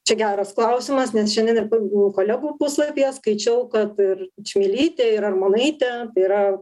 čia geras klausimas nes šiandien ir kolegų puslapyje skaičiau kad ir čmilytė ir armonaitė tai yra